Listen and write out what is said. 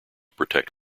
protect